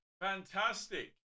fantastic